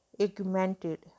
augmented